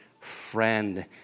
friend